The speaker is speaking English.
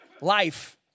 life